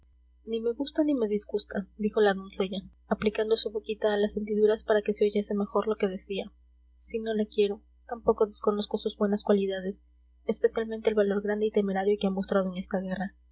ni me gusta ni me disgusta dijo la doncella aplicando su boquita a las hendiduras para que se oyese mejor lo que decía si no le quiero tampoco desconozco sus buenas cualidades especialmente el valor grande y temerario que ha mostrado en esta guerra